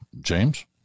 James